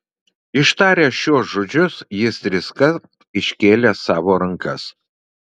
ištaręs šiuos žodžius jis triskart iškėlė savo rankas